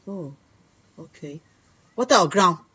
oh okay what type of ground